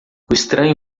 estranho